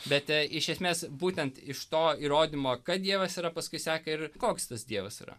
bet a iš esmės būtent iš to įrodymo kad dievas yra paskui seka ir koks tas dievas yra